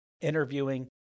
interviewing